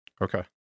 Okay